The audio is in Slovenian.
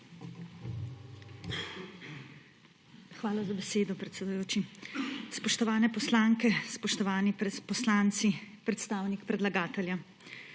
Hvala za besedo, predsedujoči. Spoštovane poslanke, spoštovani poslanci, predstavnik predlagatelja!